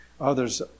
Others